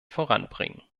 voranbringen